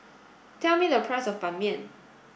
tell me the price of Ban Mian